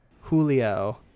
julio